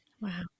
Wow